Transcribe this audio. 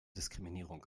diskriminierung